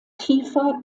tiefer